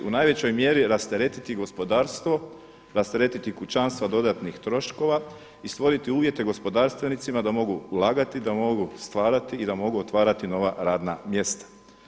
U najvećoj mjeri rasteretiti gospodarstvo, rasteretiti kućanstva dodatnih troškova i stvoriti uvjete gospodarstvenicima da mogu ulagati, da mogu stvarati i da mogu otvarati nova radna mjesta.